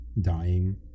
dying